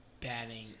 Batting